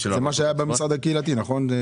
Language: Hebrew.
שהיה במשרד הקהילתי, נכון?